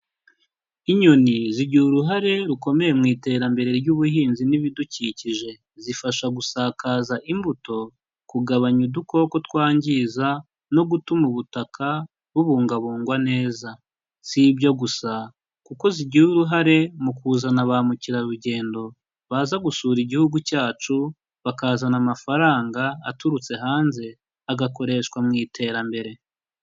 Inyoni zigira uruhare rukomeye mu iterambere ry'ubuhinzi n'ibidukikije, zifasha gusakaza imbuto, kugabanya udukoko twangiza, no gutuma ubutaka bubungabungwa neza, si ibyo gusa kuko zigira uruhare mu kuzana ba mukerarugendo, baza gusura igihugu cyacu bakazana amafaranga aturutse hanze, agakoreshwa mu iterambere.